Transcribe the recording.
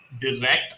direct